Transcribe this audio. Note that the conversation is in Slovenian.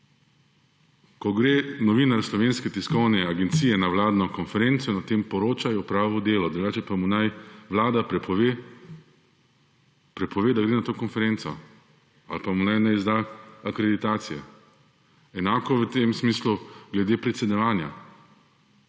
Ko gre novinar Slovenske tiskovne agencije na vladno konferenco in o tem poroča, je opravil delo, drugače pa mu naj Vlada prepove, da gre na to konferenco ali pa mu naj ne izda akreditacije. Enako v tem smislu glede predsedovanja.